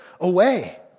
away